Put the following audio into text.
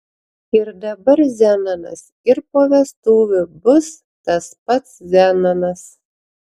ir dabar zenonas ir po vestuvių bus tas pats zenonas